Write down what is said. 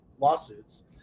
lawsuits